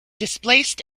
displaced